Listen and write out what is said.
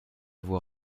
voie